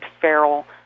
feral